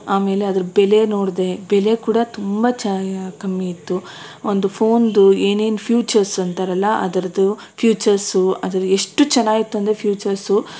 ಆಮೇಲೆ ಅದ್ರ ಬೆಲೆ ನೋಡಿದೆ ಬೆಲೆ ಕೂಡ ತುಂಬ ಚೆ ಕಡಿಮೆ ಇತ್ತು ಒಂದು ಫೋನ್ದು ಏನೇನು ಫ್ಯೂಚರ್ಸು ಅಂತಾರಲ್ಲ ಅದರದ್ದು ಫ್ಯೂಚರ್ಸು ಅದು ಎಷ್ಟು ಚೆನ್ನಾಗಿತ್ತು ಅಂದರೆ ಫ್ಯೂಚರ್ಸು